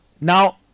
now